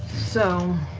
so.